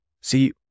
See